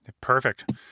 Perfect